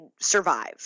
survive